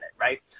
right